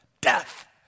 Death